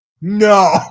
no